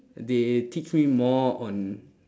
they teach me more on